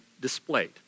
displayed